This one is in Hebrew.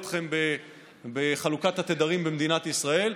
אני לא אלאה אתכם בחלוקת התדרים במדינת ישראל.